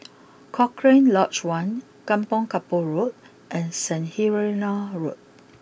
Cochrane Lodge one Kampong Kapor Road and Saint Helena Road